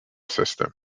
system